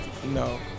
No